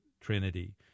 trinity